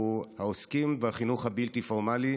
הוא העוסקים בחינוך הבלתי-פורמלי,